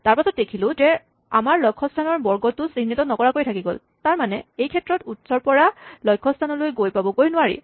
তাৰপাচত দেখিলো যে আমাৰ লক্ষস্হানৰ বৰ্গটো চিহ্নিত নকৰাকৈ থাকি গ'ল তাৰমানে এইক্ষেত্ৰত উৎসৰ পৰা লক্ষস্হান গৈ পাবগৈ নোৱাৰি